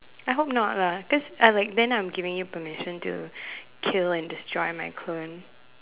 I hope not lah cause I like then I am giving you permission to kill and destroy my clone